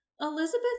Elizabeth